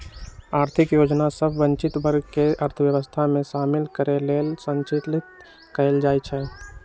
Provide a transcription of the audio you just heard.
आर्थिक योजना सभ वंचित वर्ग के अर्थव्यवस्था में शामिल करे लेल संचालित कएल जाइ छइ